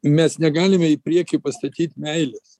mes negalime į priekį pastatyt meilės